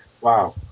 Wow